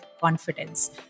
confidence